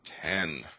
Ten